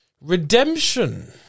Redemption